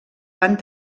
van